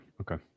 Okay